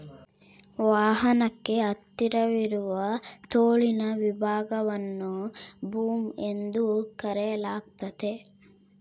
ವಾಹನಕ್ಕೆ ಹತ್ತಿರವಿರುವ ತೋಳಿನ ವಿಭಾಗವನ್ನು ಬೂಮ್ ಎಂದು ಕರೆಯಲಾಗ್ತತೆ